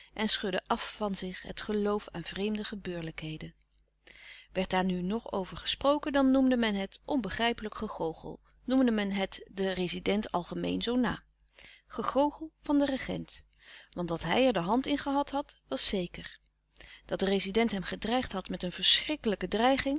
en schudden af van zich het geloof aan vreemde gebeurlijkheden werd daar nu nog over gesproken dan noemde men het onbegrijpelijk gegoochel noemde men het den rezident algemeen zoo na gegoochel van den regent want dat hij er de hand in gehad had was zeker dat de rezident hem gedreigd had met een verschrikkelijke dreiging